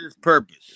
purpose